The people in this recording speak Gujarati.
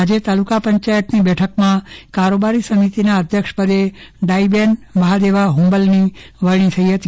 આજે તાલુકા પંચાયતની બેઠકમાં કારોબારી સમિતિના અધ્યક્ષપદે ડાહીબેન મહાદેવા હુંબલની વરણી થઈ હતી